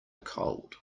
cold